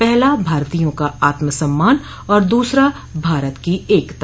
पहला भारतीयों का आत्म सम्मान और दूसरा भारत की एकता